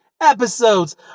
episodes